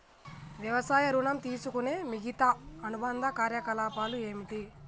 వ్యవసాయ ఋణం తీసుకునే మిగితా అనుబంధ కార్యకలాపాలు ఏమిటి?